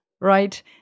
right